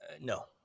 No